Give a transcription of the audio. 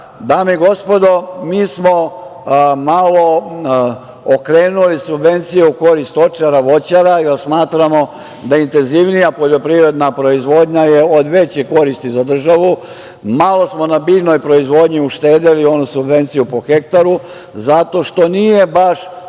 i gospodo, mi smo malo okrenuli subvencije u korist stočara, voćara, jer smatramo da intenzivnija poljoprivredna proizvodnja je od veće koristi za državu. Malo smo na biljnoj proizvodnji uštedeli onu subvenciju po hektaru zato što nije baš